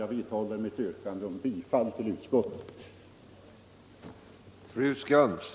Jag vidhåller mitt yrkande om bifall till utskottets hemställan.